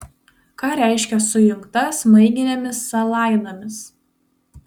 ką reiškia sujungta smaiginėmis sąlaidomis